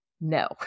no